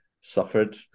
suffered